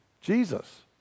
Jesus